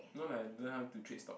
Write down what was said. no lah learn how to trade stock